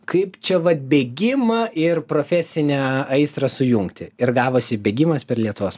kaip čia vat bėgimą ir profesinę aistrą sujungti ir gavosi bėgimas per lietuvos